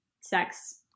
sex